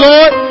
Lord